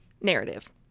narrative